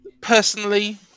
personally